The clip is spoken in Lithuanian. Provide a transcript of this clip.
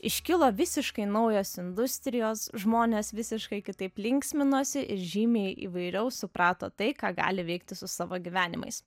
iškilo visiškai naujos industrijos žmonės visiškai kitaip linksminosi ir žymiai įvairiau suprato tai ką gali veikti su savo gyvenimais